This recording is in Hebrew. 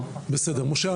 משה,